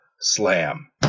slam